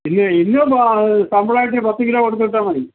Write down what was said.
പിന്നെ ഇന്ന് സാമ്പിളായിട്ട് പത്ത് കിലോ കൊടുത്ത് വിട്ടാൽ മതി